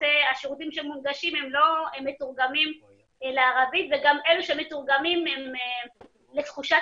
שהשירותים שמונגשים הם לא מתורגמים לערבית ואלה שמתורגמים לתחושת